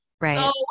Right